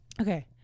Okay